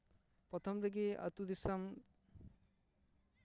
ᱯᱨᱚᱛᱷᱚᱢ ᱨᱮᱜᱮ ᱟᱛᱳ ᱫᱤᱥᱚᱢ